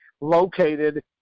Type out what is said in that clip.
located